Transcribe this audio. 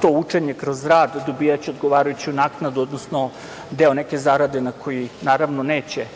to učenje kroz rad dobijaće odgovarajuću naknadu, odnosno deo neke zarade na koji neće